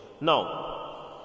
Now